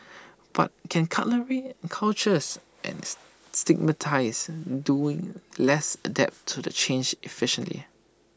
but can cultures and stigmatise doing less adapt to the change efficiently